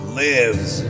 lives